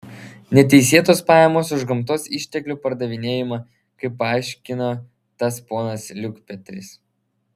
neteisėtos pajamos už gamtos išteklių pardavinėjimą kaip paaiškino tas ponas liukpetris